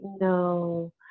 no